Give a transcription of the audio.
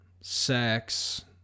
sex